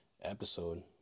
episode